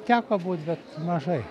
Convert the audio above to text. teko būt bet mažai